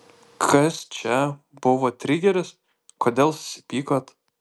kas čia buvo trigeris kodėl susipykot